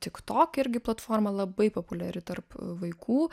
tiktok irgi platformą labai populiari tarp vaikų